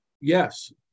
Yes